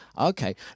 okay